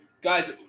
guys